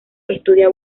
estudia